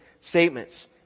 statements